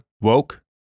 Woke